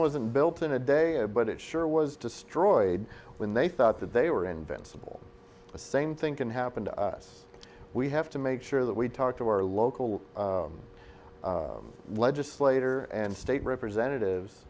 wasn't built in a day but it sure was destroyed when they thought that they were invincible the same thing can happen to us we have to make sure that we talk to our local legislator and state representatives